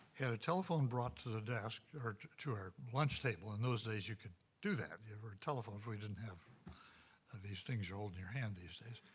he had a telephone brought to the desk to our lunch table. in those days, you could do that. there were telephones, we didn't have ah these things you hold in your hand these days.